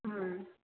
ꯎꯝ